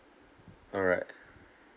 correct